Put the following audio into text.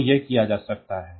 तो यह किया जा सकता है